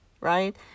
right